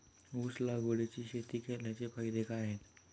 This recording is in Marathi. ऊस लागवडीची शेती केल्याचे फायदे काय आहेत?